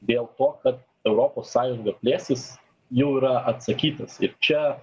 dėl to kad europos sąjunga plėsis jau yra atsakytas ir čia